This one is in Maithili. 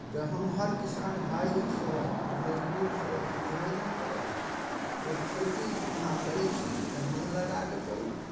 तऽ हम हर किसान भायसँ मजदूरसँ ई निवेदन करब कि खेती अहाँ करै छी तऽ मन लगा कऽ करू